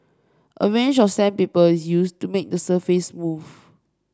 a range of sandpaper is use to make the surface smooth